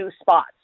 spots